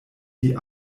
die